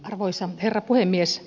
arvoisa herra puhemies